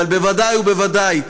אבל בוודאי ובוודאי,